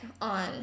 on